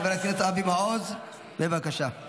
חבר הכנסת אבי מעוז, בבקשה.